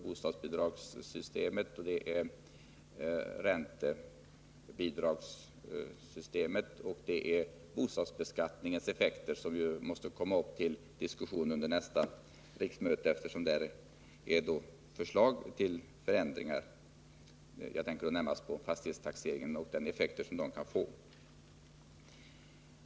Bostadsbidragssystemet, räntebidragssystemet och bostadsbeskattningens effekter måste komma upp till diskussion under nästa riksmöte, eftersom där finns förslag till förändringar — jag tänker då närmast på fastighetstaxeringen och de effekter som den kan få.